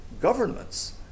governments